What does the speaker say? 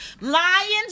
Lions